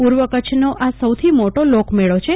પ્વ કચ્છ નો આ સૌથી મોટો લોકમેળો છે